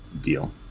deal